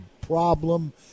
problem